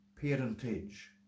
parentage